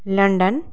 London